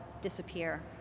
disappear